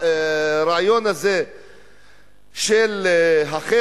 אתם מביאים את הרעיון הזה של החרם?